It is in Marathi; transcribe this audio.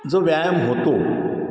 जो व्यायाम होतो